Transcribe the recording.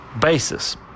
basis